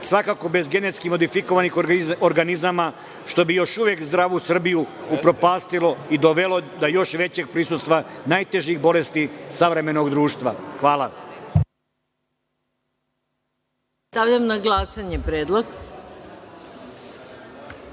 svakako bez genetski modifikovanih proizvoda, što bu još uvek zdravu Srbiju upropastilo i dovelo do još većeg prisustva najtežih bolesti savremenog društva. Hvala. **Maja Gojković** Stavljam